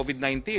COVID-19